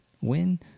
win